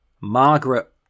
Margaret